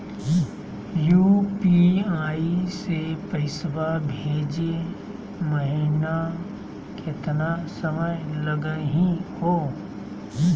UPI स पैसवा भेजै महिना केतना समय लगही हो?